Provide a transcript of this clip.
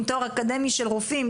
תואר אקדמי של רופאים,